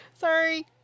Sorry